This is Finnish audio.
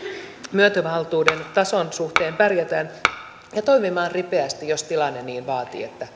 myöntövaltuuden tason suhteen pärjätään ja toimimaan ripeästi jos tilanne niin vaatii että